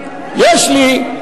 יש לי,